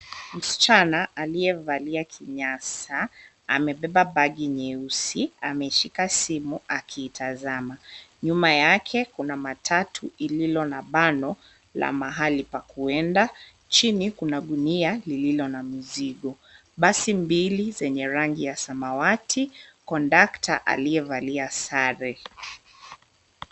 Msichana aliye valia kinyasa, amebeba bagi nyeusi ameshika simu akiitazama. Nyuma yake kuna matatu ililo na bano la mahali pa kuenda chini kuna gunia lililo na mzigo. Basi mbili enye rangi ya samawati kondakta aliye valia sare.